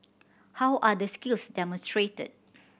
how are the skills demonstrated